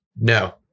no